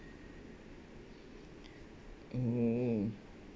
mm mm mm